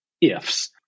ifs